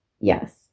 yes